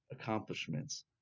accomplishments